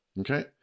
Okay